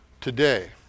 today